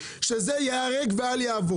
זה על החינוך של הילדים שלי שזה ייהרג ואל יעבור.